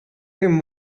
him